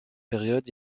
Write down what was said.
période